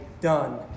done